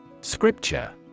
Scripture